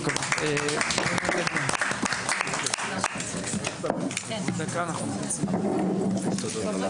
הישיבה ננעלה בשעה 12:15.